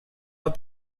out